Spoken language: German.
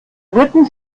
ritten